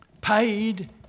paid